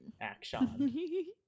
action